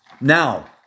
Now